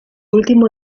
último